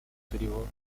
turiho